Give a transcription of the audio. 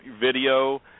video